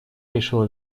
решила